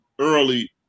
early